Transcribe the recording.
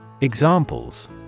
Examples